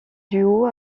duo